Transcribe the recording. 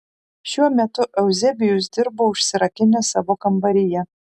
šiuo metu euzebijus dirbo užsirakinęs savo kambaryje